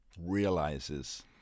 realizes